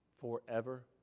forever